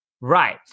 Right